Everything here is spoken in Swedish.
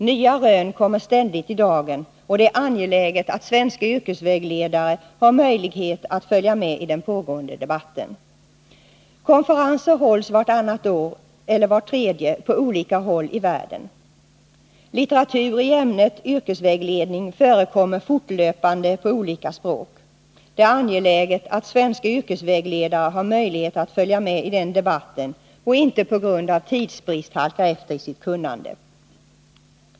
Nya rön kommer ständigt i dagen, och det är angeläget att svenska yrkesvägledare har möjlighet att följa med i den pågående debatten. Konferenser hålls vartannat eller vart tredje år på olika håll i världen. Litteratur i ämnet yrkesvägledning utkommer fortlöpande på olika språk. Det är angeläget att svenska yrkesvägledare har möjlighet att följa med i den debatten och inte på grund av tidsbrist halkar efter i sitt kunnande.